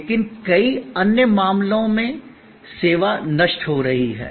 लेकिन कई अन्य मामलों में सेवा नष्ट हो रही है